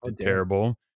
terrible